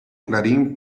clarín